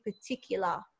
particular